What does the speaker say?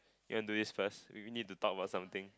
you want do this first we need to talk about something